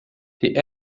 die